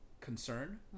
concern